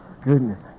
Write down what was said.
Goodness